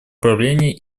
правления